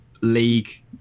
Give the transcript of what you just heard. League